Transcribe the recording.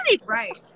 Right